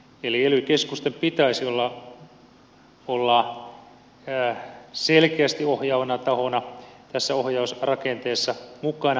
eli ely keskusten pitäisi olla selkeästi ohjaavana tahona tässä ohjausrakenteessa mukana